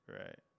right